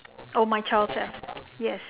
oh my child self yes